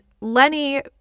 Lenny